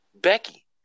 Becky